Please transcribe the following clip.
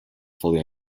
fully